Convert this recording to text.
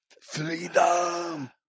Freedom